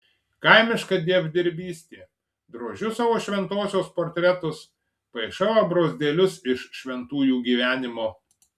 kaimiška dievdirbystė drožiu savo šventosios portretus paišau abrozdėlius iš šventųjų gyvenimo